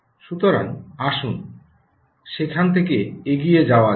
সুতরাং আসুন সেখান থেকে এগিয়ে যাওয়া যাক